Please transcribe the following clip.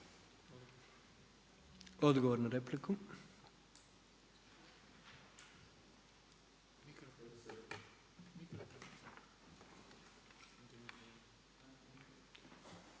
odgovor na repliku.